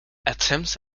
attempts